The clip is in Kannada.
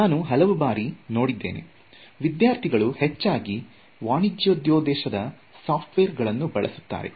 ನಾನು ಹಲವು ಬಾರಿ ನೋಡಿದ್ದೇನೆ ವಿದ್ಯಾರ್ಥಿಗಳು ಹೆಚ್ಚಾಗಿ ವಾಣಿಜ್ಯೋದ್ದೇಶದ ಸಾಫ್ಟ್ ವೇರ್ ಗಳನ್ನು ಹೆಚ್ಚು ಬಳಸುತ್ತಾರೆ